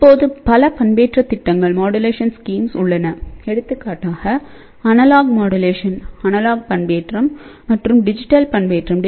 இப்போது பல பண்பேற்றத் திட்டங்கள் உள்ளன எடுத்துக்காட்டாக அனலாக் பண்பேற்றம் மற்றும் டிஜிட்டல் பண்பேற்றம்